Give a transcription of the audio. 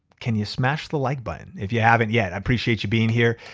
can you smash the like button if you haven't yet. i appreciate you being here.